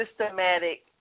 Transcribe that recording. systematic